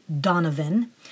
Donovan